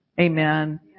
Amen